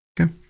Okay